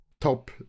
top